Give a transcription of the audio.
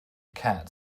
cat